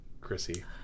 Chrissy